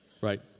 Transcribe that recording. right